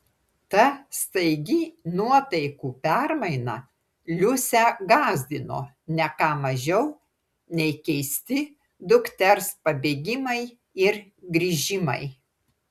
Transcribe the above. ta staigi nuotaikų permaina liusę gąsdino ne ką mažiau nei keisti dukters pabėgimai ir grįžimai